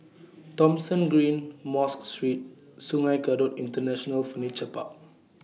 Thomson Green Mosque Street Sungei Kadut International Furniture Park